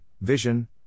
vision